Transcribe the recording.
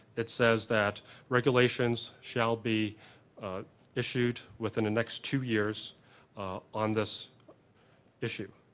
it says that regulations shall be issued within next two years on this issue.